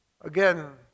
again